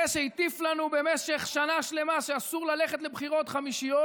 זה שהטיף לנו במשך שנה שלמה שאסור ללכת לבחירות חמישיות,